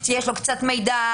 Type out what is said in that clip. שיש לו קצת מידע,